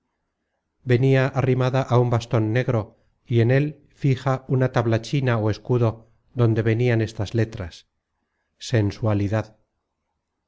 venia arrimada á un baston negro y en él fija una tablachina ó escudo donde venian estas letras sensualidad